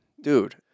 Dude